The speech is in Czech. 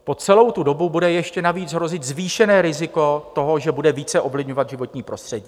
Po celou tu dobu bude ještě navíc hrozit zvýšené riziko toho, že bude více ovlivňovat životní prostředí.